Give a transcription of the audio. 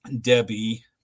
Debbie